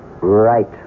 Right